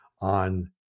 on